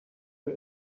you